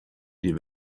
die